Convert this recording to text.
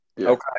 Okay